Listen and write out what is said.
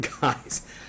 guys